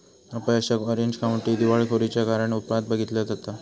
अपयशाक Orange County दिवाळखोरीच्या कारण रूपात बघितला जाता